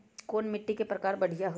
कोन मिट्टी के प्रकार बढ़िया हई?